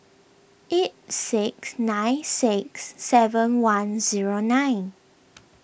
eight six nine six seven one zero nine